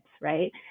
right